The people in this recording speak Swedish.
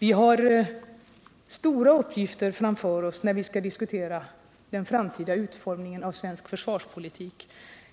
Vi har stora uppgifter framför oss när vi skall diskutera den framtida utformningen av svensk försvarspoliltik.